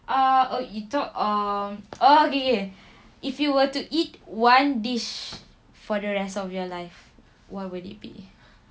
uh oh you talk err oh okay K if you were to eat one dish for the rest of your life what would it be